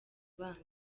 ubanza